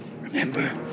remember